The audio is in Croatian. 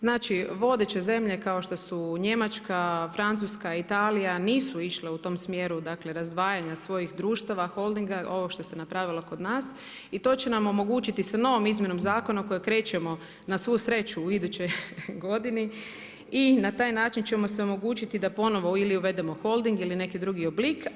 Znači, vodeće zemlje kao što su Njemačka, Francuska, Italija nisu išle u tom smjeru, dakle razdvajanja svojih društava, holdinga ovo što se napravilo kod nas i to će nam omogućiti sa novom izmjenom zakona u koju krećemo na svu sreću u idućoj godini i na taj način ćemo si omogućiti da ponovo ili uvedemo holding ili neki drugi oblik.